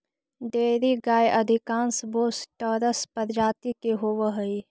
dairy गाय अधिकांश Bos taurus प्रजाति के होवऽ हइ